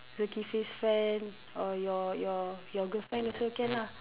Zukifli's friend or your your girlfriend also can lah